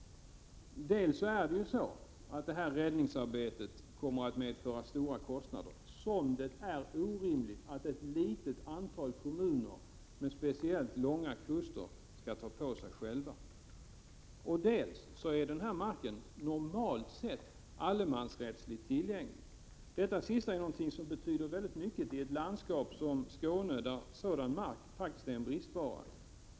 Bl. a. kommer detta räddningsarbete att medföra stora kostnader, som det är orimligt att ett litet antal kommuner med speciellt långa kuster själva skall ta på sig. Dessutom är den här marken normalt sett allemansrättsligt tillgänglig. Det sistnämnda är något som betyder väldigt mycket i ett landskap som Skåne, där sådan mark faktiskt är en bristvara.